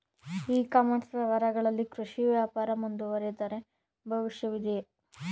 E commerce ವ್ಯವಹಾರಗಳಲ್ಲಿ ಕೃಷಿ ವ್ಯಾಪಾರ ಮುಂದುವರಿದರೆ ಭವಿಷ್ಯವಿದೆಯೇ?